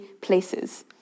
places